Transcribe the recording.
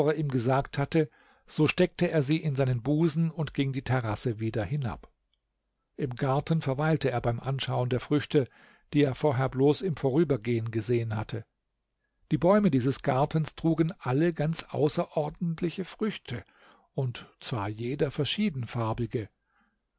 ihm gesagt hatte so steckte er sie in seinen busen und ging die terrasse wieder hinab im garten verweilte er beim anschauen der früchte die er vorher bloß im vorübergehen gesehen hatte die bäume dieses gartens trugen alle ganz außerordentliche früchte und zwar jeder